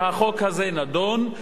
כשהחוק הזה נדון,